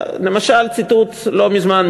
למשל ציטוט לא מזמן,